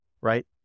right